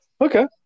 Okay